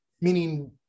Meaning